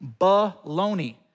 baloney